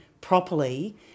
properly